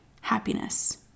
happiness